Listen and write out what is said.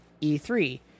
E3